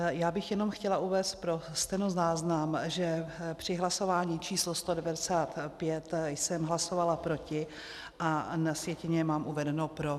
Já bych jenom chtěla uvést pro stenozáznam, že při hlasování číslo 195 jsem hlasovala proti, a na sjetině mám uvedeno pro.